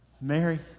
Mary